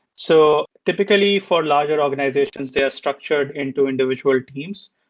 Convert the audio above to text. so typically, for larger organizations, they are structured into individual teams.